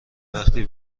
وقتی